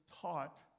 taught